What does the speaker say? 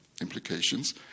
implications